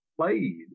played